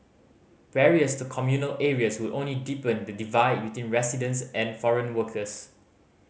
barriers to communal areas would only deepen the divide between residents and foreign workers